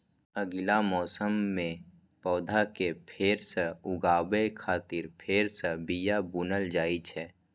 अगिला मौसम मे पौधा कें फेर सं उगाबै खातिर फेर सं बिया बुनल जाइ छै